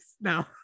No